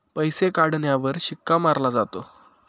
पैसे काढण्यावर शिक्का मारला जातो